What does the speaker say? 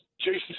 Jason